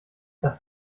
das